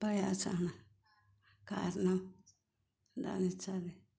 പ്രയാസമാണ് കാരണം എന്താണെന്ന് വെച്ചാൽ